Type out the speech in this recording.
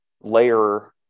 layer